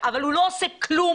אבל הוא לא עושה כלום,